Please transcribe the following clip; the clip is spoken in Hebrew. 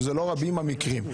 שקורים,